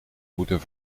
moeten